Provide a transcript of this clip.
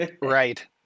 Right